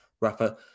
Rafa